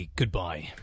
goodbye